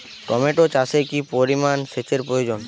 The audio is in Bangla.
টমেটো চাষে কি পরিমান সেচের প্রয়োজন?